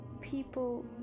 people